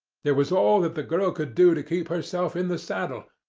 it was all that the girl could do to keep herself in the saddle,